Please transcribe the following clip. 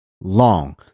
long